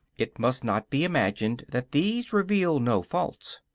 it must not be imagined that these reveal no faults.